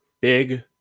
big